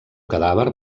cadàver